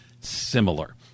similar